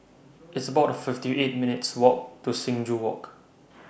It's about fifty eight minutes' Walk to Sing Joo Walk